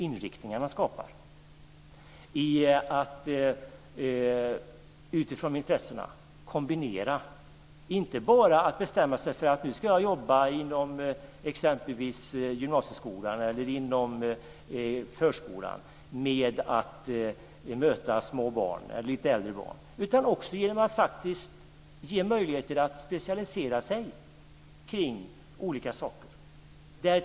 Inriktningarna skapar möjligheter att kombinera utifrån sina intressen - inte bara bestämma sig för att jobba inom exempelvis gymnasieskolan eller förskolan utan också ha möjlighet att specialisera sig kring olika saker.